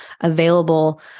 available